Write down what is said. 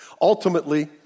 Ultimately